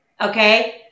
okay